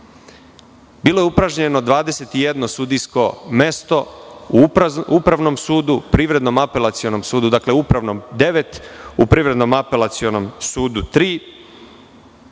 Bilo je upražnjeno 21 sudijsko mesto u Upravnom sudu, Privrednom-apelacionom sudu, dakle u Upravnom devet, u Privrednom-apelacionom sudu